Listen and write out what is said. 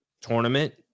tournament